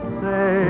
say